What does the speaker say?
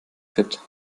fit